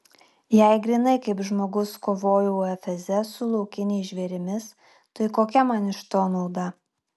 jei grynai kaip žmogus kovojau efeze su laukiniais žvėrimis tai kokia man iš to nauda